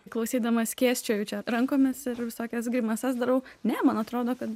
klausydama skėsčioju čia rankomis ir visokias grimasas darau ne man atrodo kad